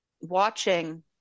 watching